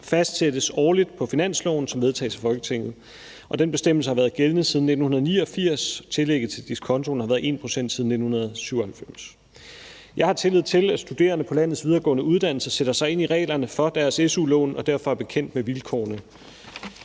fastsættes årligt på finansloven, som vedtages i Folketinget. Den bestemmelse har været gældende siden 1989 – tillægget til diskontoen har været 1 pct. siden 1997. Jeg har tillid til, at studerende på landets videregående uddannelser sætter sig ind i reglerne for deres su-lån og derfor er bekendt med vilkårene.